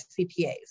CPAs